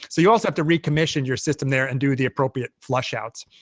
so you also have to recommission your system there and do the appropriate flushouts.